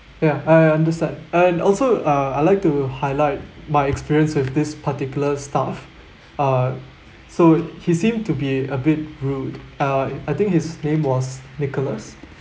ya I understand and also uh I like to highlight my experience with this particular staff uh so he seemed to be a bit rude uh I think his name was nicholas